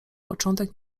początek